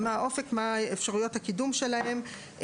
מה אפשרויות הקידום שלהם.